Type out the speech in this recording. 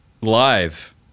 live